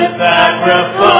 sacrifice